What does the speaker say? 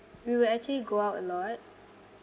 we will actually go out a lot